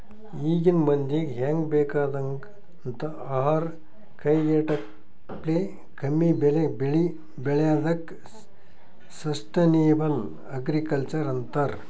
ಈಗಿನ್ ಮಂದಿಗ್ ಹೆಂಗ್ ಬೇಕಾಗಂಥದ್ ಆಹಾರ್ ಕೈಗೆಟಕಪ್ಲೆ ಕಮ್ಮಿಬೆಲೆಗ್ ಬೆಳಿ ಬೆಳ್ಯಾದಕ್ಕ ಸಷ್ಟನೇಬಲ್ ಅಗ್ರಿಕಲ್ಚರ್ ಅಂತರ್